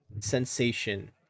sensation